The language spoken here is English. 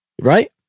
right